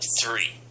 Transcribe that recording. Three